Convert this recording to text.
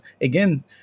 again